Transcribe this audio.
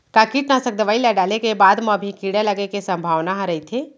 का कीटनाशक दवई ल डाले के बाद म भी कीड़ा लगे के संभावना ह रइथे?